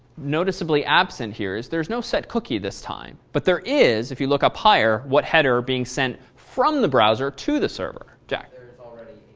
noticeably absent here is there's no setcookie this time. but there is if you look up higher. what header being sent from the browser to the server? jack? there is already